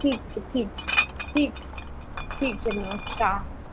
ठीक छै ठीक छै ठीक छै नमस्कार